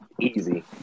Easy